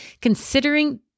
Considering